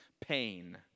pain